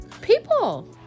People